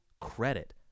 credit